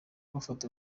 bafata